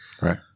Right